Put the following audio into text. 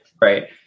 right